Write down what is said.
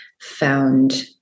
found